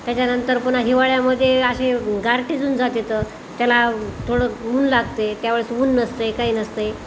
त्याच्यानंतर पुन्हा हिवाळ्यामध्ये असे गारठेजून जातात त्याला थोडं ऊन लागते त्यावेळेस ऊन नसते काही नसतंय